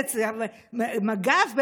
מג"ב בלוד?